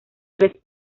tres